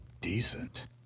Decent